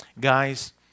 Guys